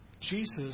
Jesus